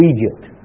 Egypt